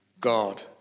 God